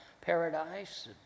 paradise